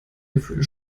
gefühle